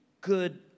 good